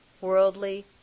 worldly